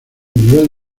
nivel